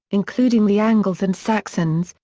including the angles and saxons,